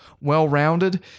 well-rounded